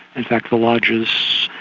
in fact the lodges,